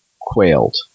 quailed